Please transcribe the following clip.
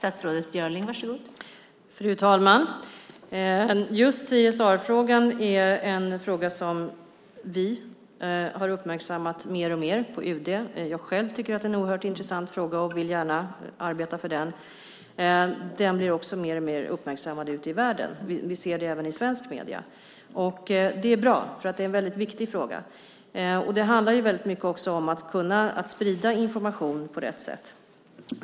Fru talman! Just CSR-frågan är en fråga som vi har uppmärksammat mer och mer på UD. Jag tycker själv att det är en oerhört intressant fråga och vill gärna arbeta för den. Den blir också mer och mer uppmärksammad ute i världen. Vi ser det även i svenska medier. Och det är bra, för det är en väldigt viktig fråga. Det handlar väldigt mycket om att kunna sprida information på rätt sätt.